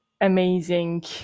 amazing